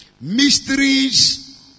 Mysteries